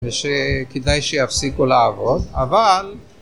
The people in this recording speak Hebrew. ושכדאי שיפסיקו לעבוד אבל